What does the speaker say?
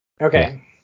okay